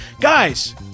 Guys